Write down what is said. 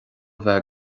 bheith